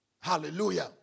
Hallelujah